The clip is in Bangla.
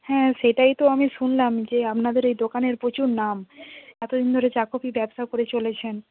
হ্যাঁ সেটাই তো আমি শুনলাম যে আপনাদের এই দোকানের প্রচুর নাম এত দিন ধরে চা কফি ব্যবসা করে চলেছেন